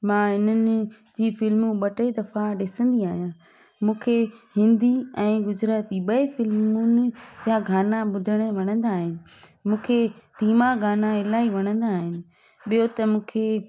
मां इन्हनि जी फिल्मूं ॿ टे दफ़ा ॾिसंदी आहियां मूंखे हिंदी ऐं गुज़राती ॿई फिल्मुनि जा ॻाना ॿुधणु वणंदा आहिनि मूंखे धीमा गाना इलाही वणंदा आहिनि ॿियो त मूंखे